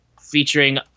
featuring